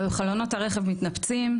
חלונות הרכב מתנפצים.